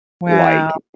Wow